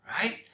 right